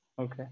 Okay